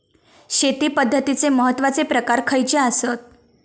शेती पद्धतीचे महत्वाचे प्रकार खयचे आसत?